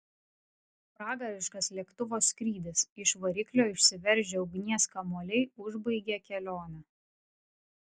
pragariškas lėktuvo skrydis iš variklio išsiveržę ugnies kamuoliai užbaigė kelionę